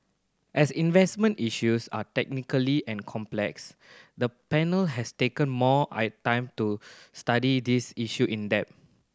as investment issues are technically and complex the panel has taken more I time to study this issue in depth